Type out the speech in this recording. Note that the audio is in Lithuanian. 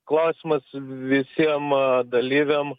klausimas visiem dalyviam